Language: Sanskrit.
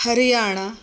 हरियाणा